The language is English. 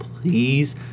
please